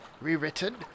rewritten